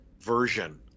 version